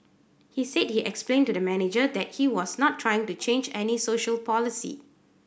he said he explained to the manager that he was not trying to change any social policy